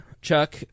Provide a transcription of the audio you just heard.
Chuck